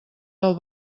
del